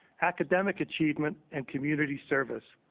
academic achievement, and community service.